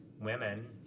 women